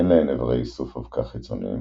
אין להן איברי איסוף אבקה חיצוניים,